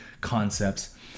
concepts